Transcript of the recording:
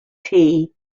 tea